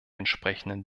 entsprechenden